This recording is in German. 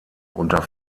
unter